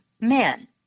men